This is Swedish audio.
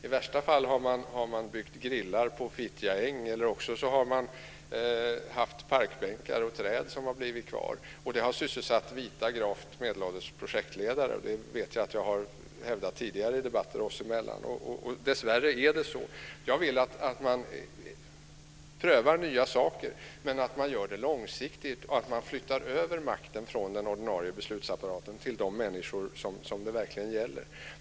I värsta fall har man byggt grillar på Fittja äng, eller så har man lämnat kvar parkbänkar och träd. Det har sysselsatt vita gravt medelålders projektledare. Jag vet att jag har hävdat det tidigare i debatter oss emellan. Dessvärre är det så. Jag vill att man prövar nya saker, men att man gör det långsiktigt och att man flyttar över makten från den ordinarie beslutsapparaten till de människor som det verkligen gäller.